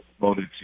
voted